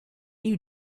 you